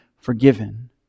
forgiven